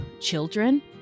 children